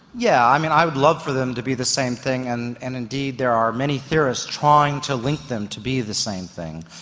yeah i mean, i would love for them to be the same thing, and and indeed there are many theorists trying to link them to be the same thing.